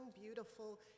beautiful